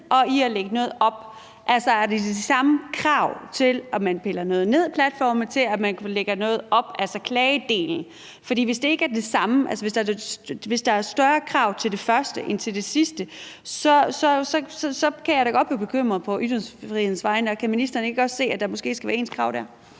og lægger noget op. Altså, er det de samme krav, der gælder, når man piller noget ned af platformene, som når man lægger noget op – altså klagedelen? For hvis det ikke er det samme, altså hvis der er større krav til det første end til det sidste, så kan jeg da godt blive bekymret på ytringsfrihedens vegne. Og kan ministeren ikke også se, at der måske skal være ens krav der?